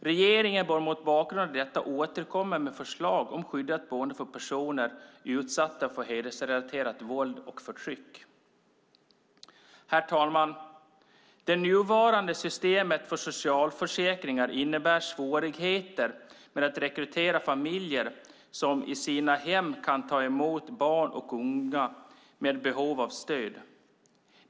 Regeringen bör mot bakgrund av detta återkomma med förslag om skyddat boende för personer utsatta för hedersrelaterat våld och förtryck Det nuvarande systemet för socialförsäkringar innebär svårigheter med att rekrytera familjer som i sina hem kan ta emot barn och unga med behov av stöd.